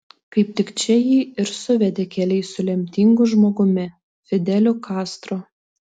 kaip tik čia jį ir suvedė keliai su lemtingu žmogumi fideliu kastro